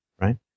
right